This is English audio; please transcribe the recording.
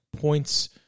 points